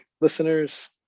listeners